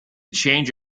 change